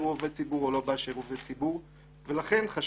הוא עובד ציבור או לא באשר הוא עובד ציבור ולכן קבע